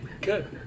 Good